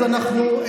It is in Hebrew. אז אנחנו,